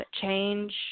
change